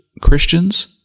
Christians